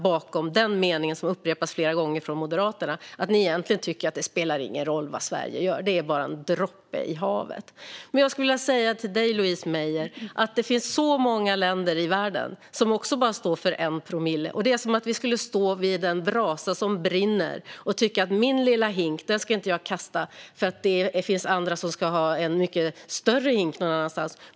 Bakom den meningen som upprepas flera gånger hör jag att Moderaterna egentligen tycker att det inte spelar någon roll vad Sverige gör. Det är bara en droppe i havet. Jag skulle vilja säga till dig, Louise Meijer, att det finns så många länder i världen som också står för bara 1 promille. Det är som att vi skulle stå vid en brasa och tycka att vår lilla hink ska vi inte kasta, för det finns andra som har en mycket större hink.